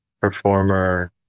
performer